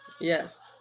Yes